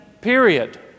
period